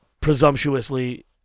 presumptuously